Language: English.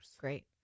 Great